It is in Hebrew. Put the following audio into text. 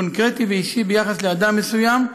קונקרטי ואישי ביחס לאדם מסוים,